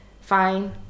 fine